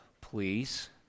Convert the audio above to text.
please